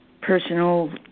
personal